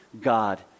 God